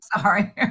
sorry